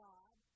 God